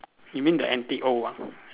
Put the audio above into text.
you mean the antique old ah